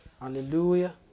Hallelujah